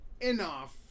enough